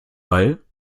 ball